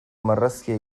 marrazkia